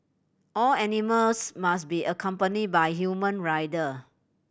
all animals must be accompanied by a human rider